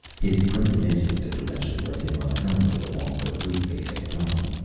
his primitive instinct of direction led him unerringly along the route they had come.